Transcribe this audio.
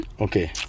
Okay